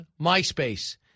MySpace